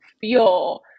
feel